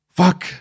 fuck